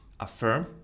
Affirm